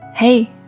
Hey